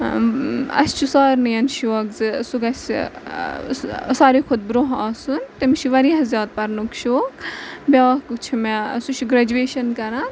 اَسہِ چھُ سارنِی شوق زِ سُہ گژھِ ساروی کھۄتہٕ برونٛہہ آسُن تٔمِس چھِ واریاہ زیادٕ پَرنُک شوق بیٛاکھ چھِ مےٚ سُہ چھِ گرٛٮ۪جویشَن کَران